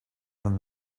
than